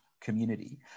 community